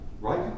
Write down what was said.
right